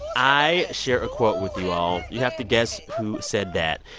i share a quote with you all. you have to guess who said that.